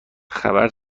خبر